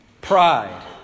Pride